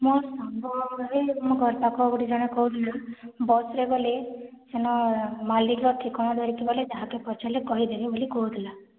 ମୋର୍ ସାଙ୍ଗମାନେ ମୋର ଘର ପାଖ ଗୋଟେ ଜଣେ କହୁଥିଲେ ବସ୍ରେ ଗଲେ ସେନ ମାଲିକ୍ର ଠିକଣା ଧରିକି ଗଲେ ଯାହାକୁ ପଚାରିଲେ କହିଦେବେ ବୋଲି କହୁଥିଲା